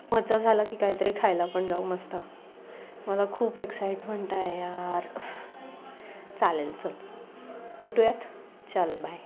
महोत्सव झाला की काहीतरी खायला पण जाऊ मस्त मला खूप एक्साइटमेंट आहे यार चालेल चल भेटूयात चल बाय